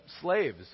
Slaves